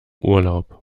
urlaub